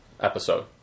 episode